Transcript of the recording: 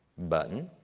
button.